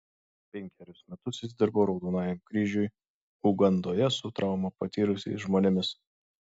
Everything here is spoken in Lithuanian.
penkerius metus jis dirbo raudonajam kryžiui ugandoje su traumą patyrusiais žmonėmis